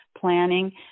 planning